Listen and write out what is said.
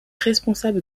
responsable